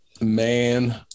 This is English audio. man